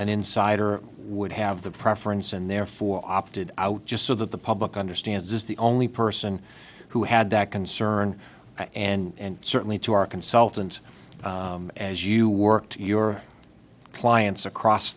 an insider would have the preference and therefore opted out just so that the public understands is the only person who had that concern and certainly to our consultant as you worked your clients across